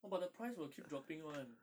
no but the price will keep dropping [one]